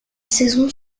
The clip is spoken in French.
saison